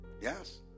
yes